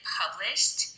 published